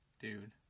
Dude